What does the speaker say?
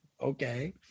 Okay